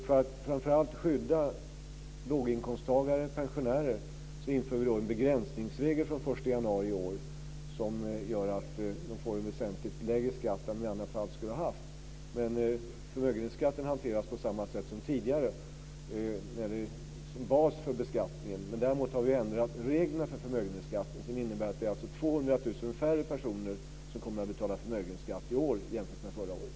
För att framför allt skydda låginkomsttagare och pensionärer inför vi en begränsningsregel från den 1 januari i år som gör att dessa grupper får en väsentligt lägre skatt än de i annat fall skulle ha haft. Men förmögenhetsskatten hanteras alltså på samma sätt som tidigare när det gäller basen för beskattningen. Däremot har vi ändrat reglerna för förmögenhetsskatten på ett sådant sätt att det är 200 000 personer mindre som kommer att betala förmögenhetsskatt i år jämför med förra året.